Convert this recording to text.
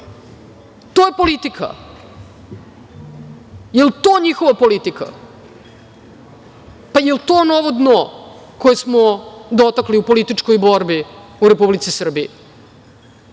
politika. Da li je to njihova politika? Da li je to novo dno koje smo dotakli u političkoj borbi u Republici Srbiji?